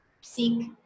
seek